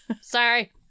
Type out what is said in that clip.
Sorry